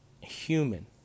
human